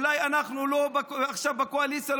אולי אנחנו עכשיו לא בקואליציה,